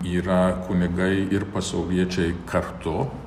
yra kunigai ir pasauliečiai kartu